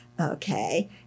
okay